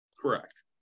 Correct